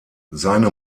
seine